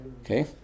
Okay